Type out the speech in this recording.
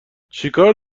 چیکار